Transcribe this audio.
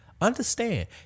Understand